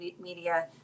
media